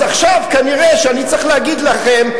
אז עכשיו כנראה אני צריך להגיד לכם,